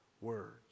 words